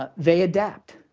ah they adapt,